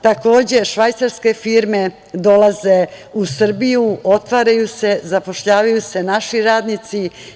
Takođe, švajcarske firme dolaze u Srbiju, otvaraju se, zapošljavaju se naši radnici.